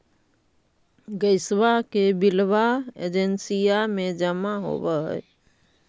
गैसवा के बिलवा एजेंसिया मे जमा होव है?